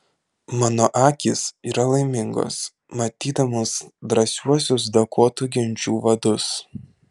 mano akys yra laimingos matydamos drąsiuosius dakotų genčių vadus